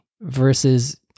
versus